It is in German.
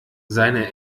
seine